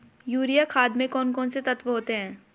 Urea खाद में कौन कौन से तत्व होते हैं?